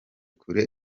kure